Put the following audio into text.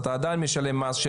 אתה עדיי משלם מס.